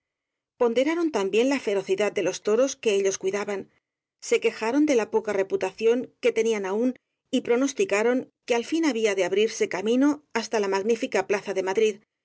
ponderaron también la ferocidad de los toros que ellos cuidaban se que jaron de la poca reputación que tenían aún y pro nosticaron que al fin habían de abrirse camino hasta la magnífica plaza de madrid